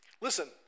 Listen